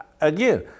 again